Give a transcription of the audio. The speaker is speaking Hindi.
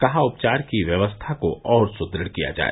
कहा उपचार की व्यवस्था को और सुदृढ़ किया जाए